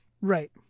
Right